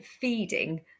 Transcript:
feeding